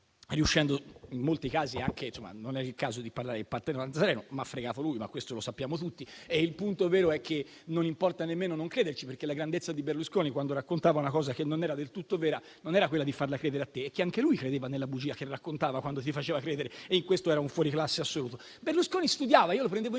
non è il caso di parlare del patto del Nazareno: mi ha fregato lui, ma questo lo sappiamo tutti. Il punto vero è che non importava nemmeno non crederci, perché la grandezza di Berlusconi, quando raccontava una cosa che non era del tutto vera, non era quella di farla credere a te, ma che anche lui credeva nella bugia che raccontava quando te la faceva credere. In questo, era un fuoriclasse assoluto.